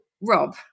Rob